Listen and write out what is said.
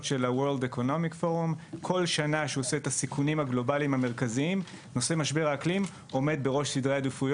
הוא מוזמן לומר זאת